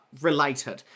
related